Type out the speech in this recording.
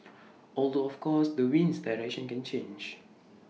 although of course the wind's direction can change